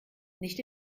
nicht